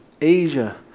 Asia